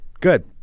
good